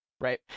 right